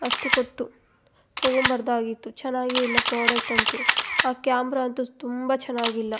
ಅಷ್ಟು ಕೊಟ್ಟು ತಗೊಬಾರ್ದಾಗಿತ್ತು ಚೆನ್ನಾಗೆ ಇಲ್ಲ ಪ್ರೋಡಕ್ಟ್ ಅಂತು ಆ ಕ್ಯಾಮ್ರ ಅಂತು ತುಂಬ ಚೆನ್ನಾಗಿಲ್ಲ